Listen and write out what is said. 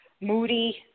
Moody